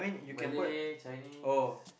Malay Chinese